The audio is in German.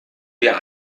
wir